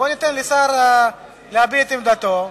בוא ניתן לשר להביע את עמדתו.